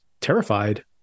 terrified